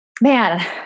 man